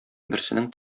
берсенең